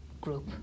group